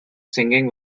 singing